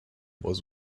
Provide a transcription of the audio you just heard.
was